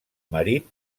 marit